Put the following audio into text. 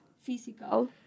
physical